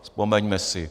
Vzpomeňme si.